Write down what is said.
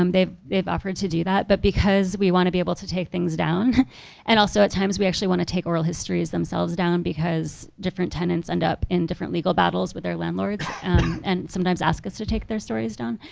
um they've they've offered to do that. but because we wanna be able to take things down and also at times we actually wanna take oral histories themselves down because different tenants end up in different legal battles with their landlords and sometimes ask us to take their stories down.